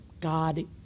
God